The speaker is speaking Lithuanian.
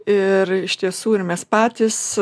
ir iš tiesų ir mes patys